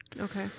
Okay